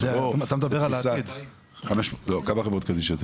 זו לא פריסה --- לא, כמה חברות קדישא יש?